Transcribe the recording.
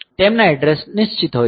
તેમના એડ્રેસ નિશ્ચિત હોય છે